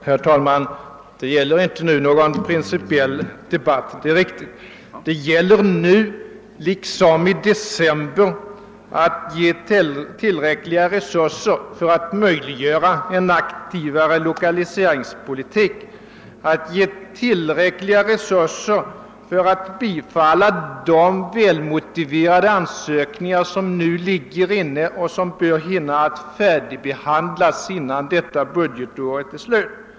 Herr talman! Det är riktigt att det inte nu gäller någon principiell debatt. Det gäller nu liksom i december att ha tillräckliga resurser för att möjliggöra en aktivare lokaliseringspolitik. Det gäller att anslå tillräckliga resurser för att kunna bifalla de väl motiverade ansökningar, som för närvarande föreligger och som bör hinna färdigbehandlas före detta budgetårs slut.